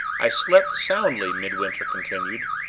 i slept soundly, midwinter continued,